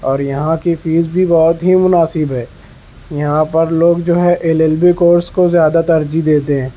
اور یہاں کی فیس بھی بہت ہی مناسب ہے یہاں پر لوگ جو ہے ایل ایل بی کورس کو زیادہ ترجیح دیتے ہیں